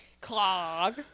Clog